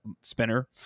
spinner